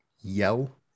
yell